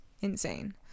insane